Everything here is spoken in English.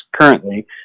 currently